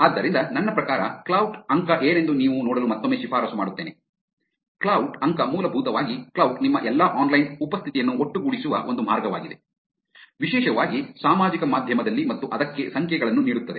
ಆದ್ದರಿಂದ ನನ್ನ ಪ್ರಕಾರ ಕ್ಲಾವ್ಟ್ ಅಂಕ ಏನೆಂದು ನೀವು ನೋಡಲು ಮತ್ತೊಮ್ಮೆ ಶಿಫಾರಸು ಮಾಡುತ್ತೇನೆ ಕ್ಲಾವ್ಟ್ ಅಂಕ ಮೂಲಭೂತವಾಗಿ ಕ್ಲಾವ್ಟ್ ನಿಮ್ಮ ಎಲ್ಲಾ ಆನ್ಲೈನ್ ಉಪಸ್ಥಿತಿಯನ್ನು ಒಟ್ಟುಗೂಡಿಸುವ ಒಂದು ಮಾರ್ಗವಾಗಿದೆ ವಿಶೇಷವಾಗಿ ಸಾಮಾಜಿಕ ಮಾಧ್ಯಮದಲ್ಲಿ ಮತ್ತು ಅದಕ್ಕೆ ಸಂಖ್ಯೆಗಳನ್ನು ನೀಡುತ್ತದೆ